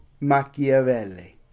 Machiavelli